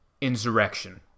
insurrection